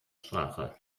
sprache